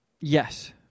Yes